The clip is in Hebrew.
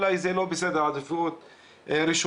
אולי זה לא בסדר עדיפות ראשונה,